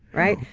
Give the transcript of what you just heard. right?